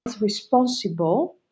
responsible